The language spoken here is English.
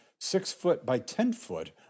six-foot-by-ten-foot